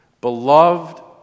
beloved